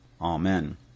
Amen